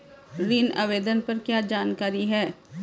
ऋण आवेदन पर क्या जानकारी है?